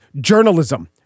journalism